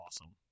awesome